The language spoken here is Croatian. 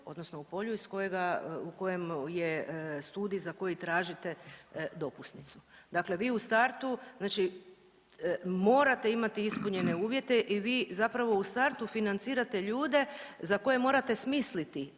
odnosno u polju iz kojega, u kojem je studij za koji tražite dopusnice, dakle vi u startu znači morate imati ispunjene uvjete i vi zapravo u startu financirate ljude za koje morate smisliti